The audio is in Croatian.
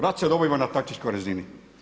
Rat se dobiva na taktičkoj razini.